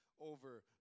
over